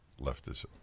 leftism